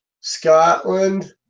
Scotland